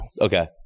Okay